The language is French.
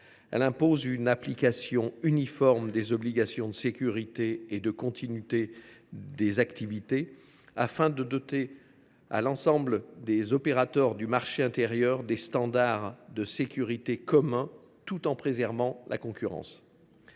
Elle impose une application uniforme des obligations de sécurité et de continuité des activités, afin de doter l’ensemble des opérateurs du marché intérieur de standards de sécurité communs, tout en préservant la concurrence.